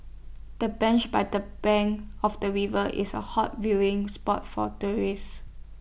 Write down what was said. the bench by the bank of the river is A hot viewing spot for tourists